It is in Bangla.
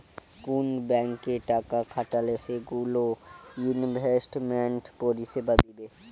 কুন ব্যাংকে টাকা খাটালে সেগুলো ইনভেস্টমেন্ট পরিষেবা দিবে